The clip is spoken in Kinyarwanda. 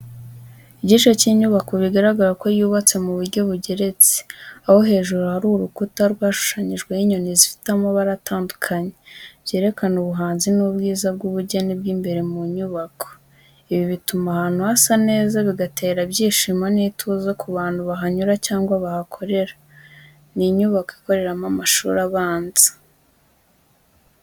Igice cy'inyubako bigaragara ko yubatse mu buryo bugeretse, aho hejuru hari urukuta rwashushanyijweho inyoni zifite amabara atandukanye, byerekana ubuhanzi n’ubwiza bw'ubugeni bw’imbere mu nyubako. Ibi bituma ahantu hasa neza, bigatera ibyishimo n’ituze ku bantu bahanyura cyangwa bahakorera. Ni inyubako ikoreramo amashuri abanza.